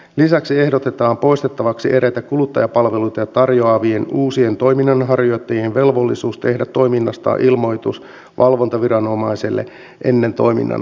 lisäksi ehdotetaan poistettavaksi eräitä kuluttajapalveluita tarjoavien uusien toiminnanharjoittajien velvollisuus tehdä toiminnastaan ilmoitus valvontaviranomaiselle ennen toiminnan aloittamista